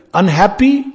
unhappy